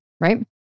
right